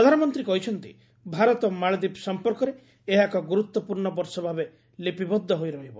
ପ୍ରଧାନମନ୍ତୀ କହିଛନ୍ତି ଭାରତ ମାଳଦୀପ ସମ୍ପର୍କରେ ଏହାଏକ ଗୁରୁତ୍ୱପୂର୍ଣ୍ଣ ବର୍ଷ ଭାବେ ଲିପିବଦ୍ଧ ହୋଇ ରହିବ